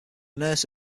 nurse